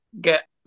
get